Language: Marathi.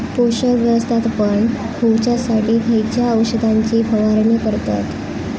पोषक व्यवस्थापन होऊच्यासाठी खयच्या औषधाची फवारणी करतत?